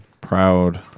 proud